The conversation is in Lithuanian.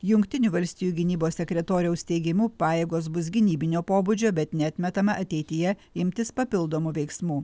jungtinių valstijų gynybos sekretoriaus teigimu pajėgos bus gynybinio pobūdžio bet neatmetama ateityje imtis papildomų veiksmų